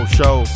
show